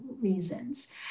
reasons